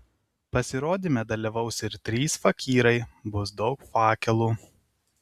pasirodyme dalyvaus ir trys fakyrai bus daug fakelų